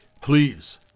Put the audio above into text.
Please